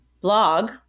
blog –